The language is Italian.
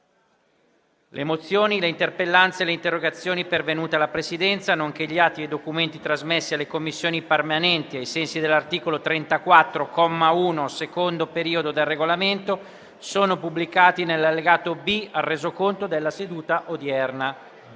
Le mozioni, le interpellanze e le interrogazioni pervenute alla Presidenza, nonché gli atti e i documenti trasmessi alle Commissioni permanenti ai sensi dell'articolo 34, comma 1, secondo periodo, del Regolamento sono pubblicati nell'allegato B al Resoconto della seduta odierna.